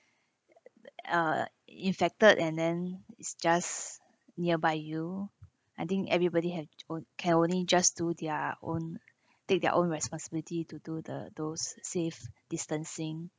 uh infected and then is just nearby you I think everybody had or can only just do their own take their own responsibility to do the those safe distancing